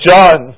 John